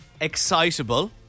excitable